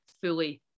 fully